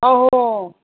आहो आहो